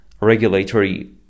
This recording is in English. regulatory